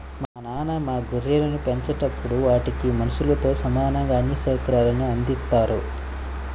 మా నాన్న మా గొర్రెలను పెంచేటప్పుడు వాటికి మనుషులతో సమానంగా అన్ని సౌకర్యాల్ని అందిత్తారు